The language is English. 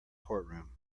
courtroom